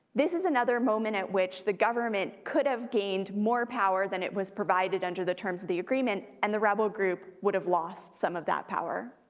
this is another moment at which the government could have gained more power than it was provided under the terms of the agreement, and the rebel group would have lost some of that power.